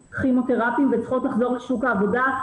כימותרפיים וצריכות לחזור לשוק העבודה,